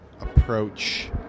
Approach